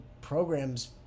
program's